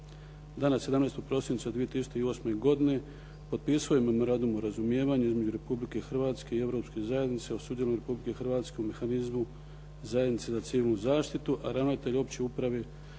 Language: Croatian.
dana 17. prosinca 2008. godine potpisuje Memorandum o razumijevanju između Republike Hrvatske i Europske zajednice o sudjelovanju Republike Hrvatske u mehanizmu zajednice za civilnu zaštitu, a ravnatelj Opće uprave